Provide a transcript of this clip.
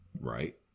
Right